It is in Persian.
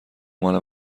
مال